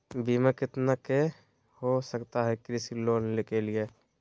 बीमा कितना के हो सकता है कृषि लोन के लिए?